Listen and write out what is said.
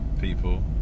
people